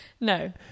no